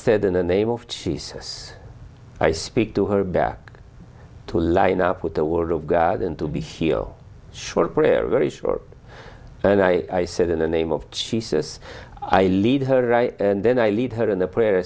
in the name of jesus i speak to her back to line up with the word of god and to be here short prayer very short and i said in the name of jesus i lead her right and then i lead her in the prayer